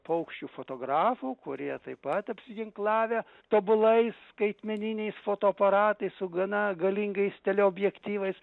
paukščių fotografų kurie taip pat apsiginklavę tobulais skaitmeniniais fotoaparatais su gana galingais teleobjektyvais